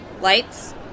Lights